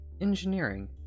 engineering